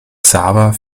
xaver